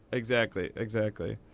exactly. exactly.